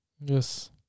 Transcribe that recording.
yes